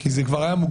כי זה היה כבר מוגזם.